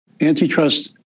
antitrust